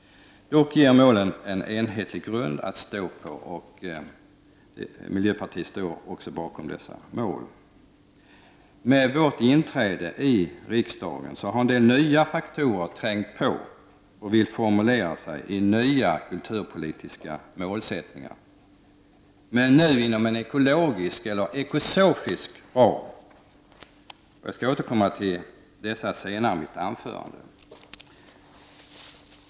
Dock ger målen en enhetlig grund att stå på. Miljöpartiet står också bakom dessa mål. Med vårt inträde i riksdagen har en del nya faktorer trängt på som vi vill formulera i nya kulturpolitiska målsättningar, men nu inom en ekologisk eller ekosofisk ram. Jag skall återkomma till dessa senare i mitt anförande.